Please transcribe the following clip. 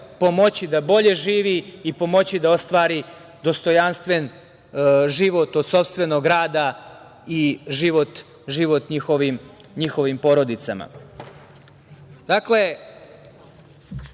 da bolji živi i pomoći da ostvari dostojanstven život od sopstvenog rada i život njihovim porodicama. Dakle,